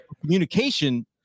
Communication